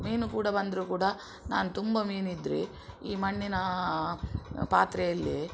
ಮೀನು ಕೂಡ ಬಂದರು ಕೂಡ ನಾನು ತುಂಬ ಮೀನು ಇದ್ರೆ ಈ ಮಣ್ಣಿನ ಪಾತ್ರೆಯಲ್ಲಿ